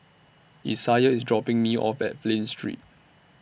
Isiah IS dropping Me off At Flint Street